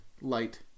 light